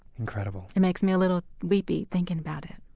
incredible it makes me a little weepy thinking about it